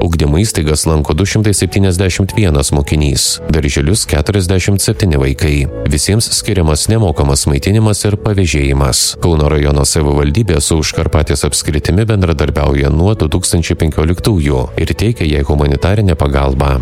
ugdymo įstaigas lanko du šimtai septyniasdešimt vienas mokinys darželius keturiasdešimt septyni vaikai visiems skiriamas nemokamas maitinimas ir pavėžėjimas kauno rajono savivaldybės užkarpatės apskritimi bendradarbiauja nuo du tūkstančiai penkioliktųjų ir teikia jai humanitarinę pagalbą